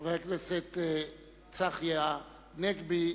חבר הכנסת צחי הנגבי,